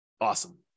Awesome